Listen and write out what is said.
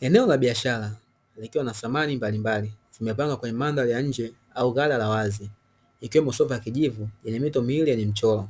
Eneo la biashara likiwa na thamani ya vitu mbalimbali limepangwa kwenye mandhari ya nje au ghara la wazi ikiwe sofa la kijivu lenye mito miwili yenye mchoro